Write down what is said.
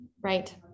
Right